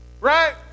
Right